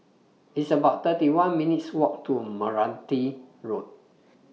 It's about thirty one minutes' Walk to Meranti Road